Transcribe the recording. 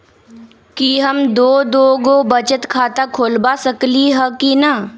कि हम दो दो गो बचत खाता खोलबा सकली ह की न?